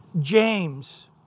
James